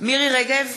מירי רגב,